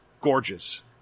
gorgeous